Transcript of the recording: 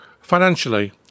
financially